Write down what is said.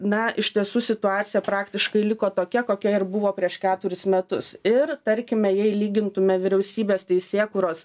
na iš tiesų situacija praktiškai liko tokia kokia ir buvo prieš keturis metus ir tarkime jei lygintume vyriausybės teisėkūros